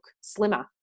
slimmer